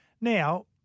Now